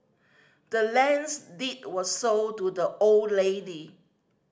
the land's deed were sold to the old lady